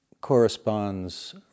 corresponds